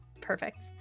perfect